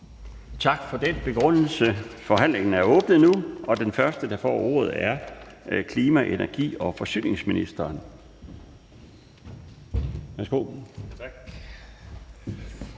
Tak for begrundelsen. Forhandlingen er åbnet, og den første, der får ordet, er klima-, energi- og forsyningsministeren.